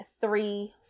three